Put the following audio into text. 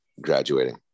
graduating